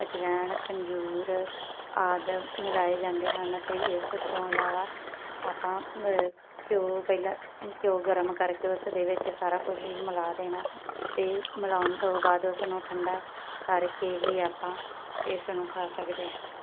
ਅਜਵਾਇਣ ਖਜੂਰ ਆਦਿ ਮਿਲਾਏ ਜਾਂਦੇ ਹਨ ਅਤੇ ਇਸ ਤੋਂ ਇਲਾਵਾ ਆਪਾਂ ਘਿਉ ਪਹਿਲਾਂ ਘਿਉ ਗਰਮ ਕਰਕੇ ਉਸ ਦੇ ਵਿੱਚ ਸਾਰਾ ਕੁਝ ਹੀ ਮਿਲਾ ਦੇਣਾ ਅਤੇ ਮਿਲਾਉਣ ਤੋਂ ਬਾਅਦ ਉਸ ਨੂੰ ਠੰਡਾ ਕਰਕੇ ਹੀ ਆਪਾਂ ਇਸ ਨੂੰ ਖਾ ਸਕਦੇ ਹਾਂ